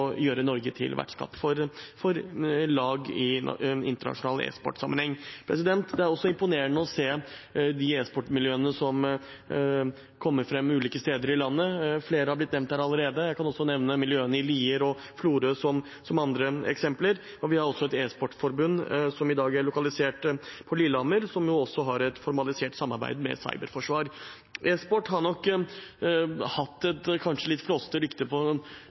gjøre Norge til vertskap for lag i internasjonal e-sportsammenheng. Det er også imponerende å se de e-sportmiljøene som kommer fram ulike steder i landet. Flere er blitt nevnt her allerede, og jeg kan nevne miljøene i Lier og Florø som andre eksempler. Vi har også et e-sportforbund, som i dag er lokalisert på Lillehammer, som jo også har et formalisert samarbeid med Cyberforsvaret. E-sport har nok hatt et kanskje litt flåsete rykte som noe ungdommer driver med på